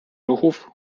ruchów